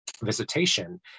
visitation